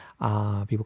People